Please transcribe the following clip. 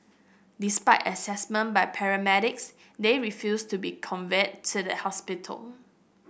despite assessment by paramedics they refused to be conveyed to the hospital